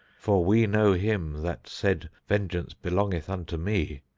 for we know him that said, vengeance belongeth unto me.